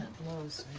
close.